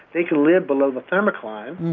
they can live below the thermocline.